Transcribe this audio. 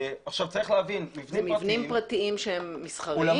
אלה מבנים פרטיים מסחריים?